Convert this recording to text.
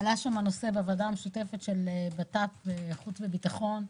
ועלה הנושא בוועדה המשותפת של בט"פ וחוץ וביטחון,